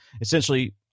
Essentially